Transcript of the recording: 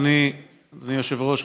אדוני היושב-ראש,